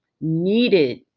needed